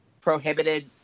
prohibited